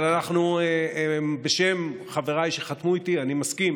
אבל בשם חבריי שחתמו איתי אני מסכים